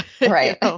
Right